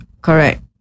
Correct